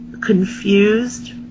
confused